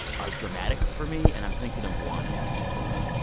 are dramatic for me. and i'm thinking of one in particular.